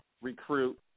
recruit